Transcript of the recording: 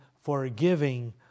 forgiving